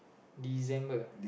December